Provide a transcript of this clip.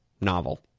novel